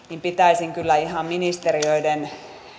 pitäisin kyllä ihan ministeriöiden